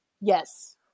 Yes